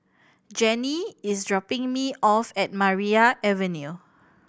Jannie is dropping me off at Maria Avenue